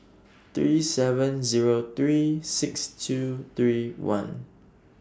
three seven Zero three six two three one